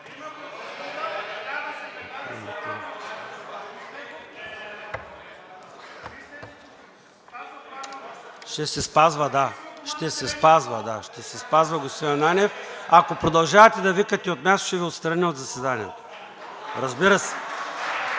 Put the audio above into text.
Ще се спазва, да. Ще се спазва, господин Ананиев. Ако продължавате да викате от място, ще Ви отстраня от заседанието. Искам